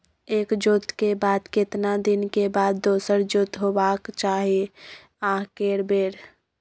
एक जोत के बाद केतना दिन के बाद दोसर जोत होबाक चाही आ के बेर?